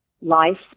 life